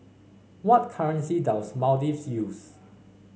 what currency does Maldives use